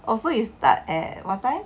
oh so you start at what time